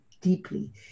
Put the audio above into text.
deeply